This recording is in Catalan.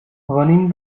venim